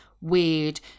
weird